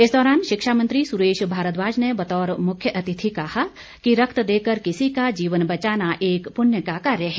इस दौरान शिक्षा मंत्री सुरेश भारद्वाज ने बतौर मुख्य अतिथि कहा कि रक्त देकर किसी का जीवन बचाना एक पुण्य का कार्य है